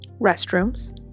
restrooms